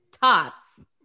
tots